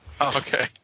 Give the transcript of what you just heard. okay